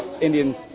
Indian